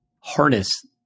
harness